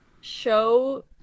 show